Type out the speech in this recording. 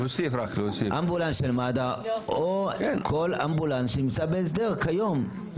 אמבולנס של מד"א או כל אמבולנס שנמצא בהסדר כיום.